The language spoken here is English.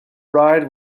ride